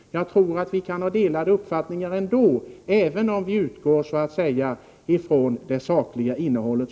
Jag tror att vi kan ha skilda uppfattningar även om vi utgår från det sakliga innehållet.